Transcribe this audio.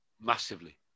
Massively